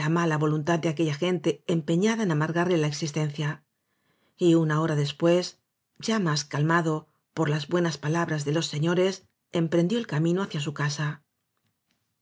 la mala voluntad de aquella gente empeñada en amargarle la existencia y una hora después ya más calmado por las buenas palabras de los señores emprendió el camino hacia su casa